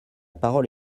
parole